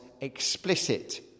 explicit